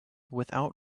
without